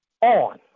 on